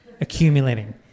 accumulating